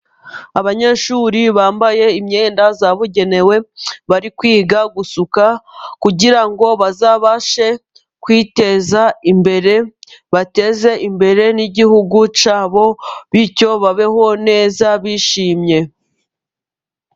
Abanyeshuri bambaye imyenda yabugenewe, bari kwiga gusuka kugirango ngo bazabashe kwiteza imbere, bateze imbere n'igihugu cyabo, bityo babeho neza bishimye.